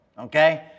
okay